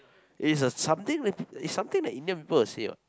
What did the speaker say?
it's a something that it's something that Indian people will say what